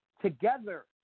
together